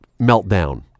meltdown